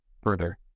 further